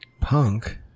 Punk